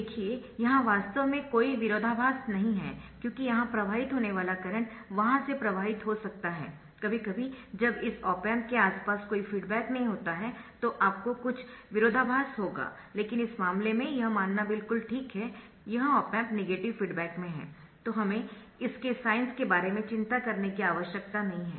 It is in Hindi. देखिए यहां वास्तव में कोई विरोधाभास नहीं है क्योंकि यहां प्रवाहित होने वाला करंट वहां से प्रवाहित हो सकता है कभी कभी जब इस ऑप एम्प के आसपास कोई फीडबैक नहीं होता है तो आपको कुछ विरोधाभास होगा लेकिन इस मामले में यह मानना बिल्कुल ठीक है यह ऑप एम्प नेगेटिव फीडबैक में है तो हमें इसके साइंस के बारे में चिंता करने की आवश्यकता नहीं है